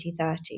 2030